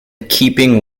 keeping